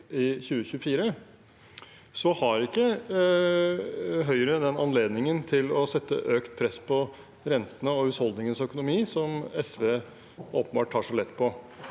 i 2024, har ikke Høyre den anledningen til å sette økt press på rentene og husholdningenes økonomi, som SV åpenbart tar så lett på.